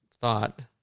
thought